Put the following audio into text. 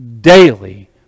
Daily